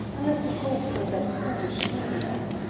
unless you call it so that foolish minuet.